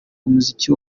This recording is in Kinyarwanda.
umuziki